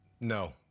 No